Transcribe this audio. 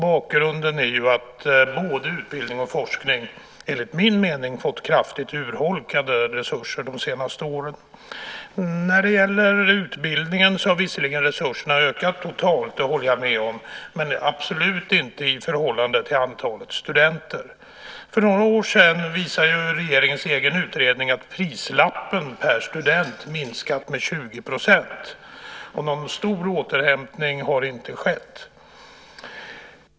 Bakgrunden är att både utbildning och forskning enligt min mening fått kraftigt urholkade resurser under de senaste åren. När det gäller utbildningen har resurserna visserligen ökat totalt, det håller jag med om, men absolut inte i förhållande till antalet studenter. För några år sedan visade regeringens egen utredning att prislappen per student minskat med 20 %. Någon stor återhämtning har inte skett.